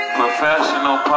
professional